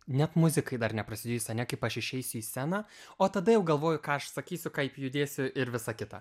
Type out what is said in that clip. net muzikai dar neprasidėjus ane kaip aš išeisiu į sceną o tada jau galvoju ką aš sakysiu kaip judėsiu ir visa kita